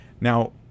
Now